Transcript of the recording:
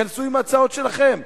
'כנסו עם ההצעות שלכם.